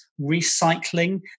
recycling